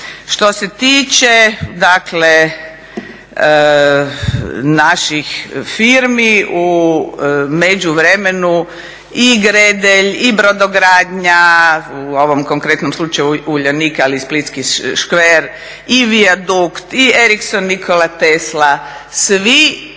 Što se tiče, dakle, naših firmi u međuvremenu i Gredelj i Brodogranja, u ovom konkretnom slučaju Uljanik, ali splitski Škver, i Vijadukt i Ericsson, Nikola Tesla, svi